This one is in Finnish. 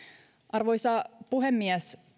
arvoisa puhemies